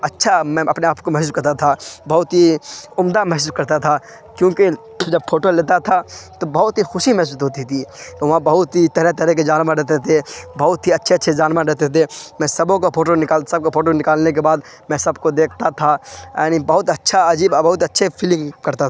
اچھا میں اپنے آپ کو محسوس کرتا تھا بہت ہی عمدہ محسوس کرتا تھا کیونکہ جب فوٹو لیتا تھا تو بہت ہی خوشی محسوس ہوتی تھی تو وہاں بہت ہی طرح طرح کے جانور رہتے تھے بہت ہی اچھے اچھے جانور رہتے تھے میں سبوں کا فوٹو نکال سب کو فوٹو نکالنے کے بعد میں سب کو دیکھتا تھا یعنی بہت اچھا عجیب بہت اچھے فیلنگ کرتا